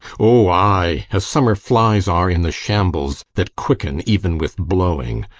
o, ay as summer flies are in the shambles, that quicken even with blowing.